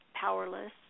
powerless